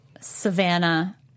Savannah